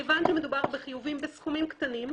מכיוון שמדובר בחיובים בסכומים קטנים,